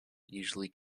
usually